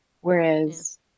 Whereas